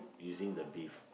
using the beef